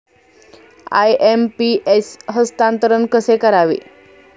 IMPS हस्तांतरण कसे करावे?